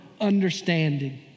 understanding